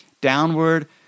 downward